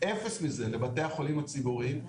אפס מזה לבתי החולים הציבוריים,